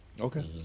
Okay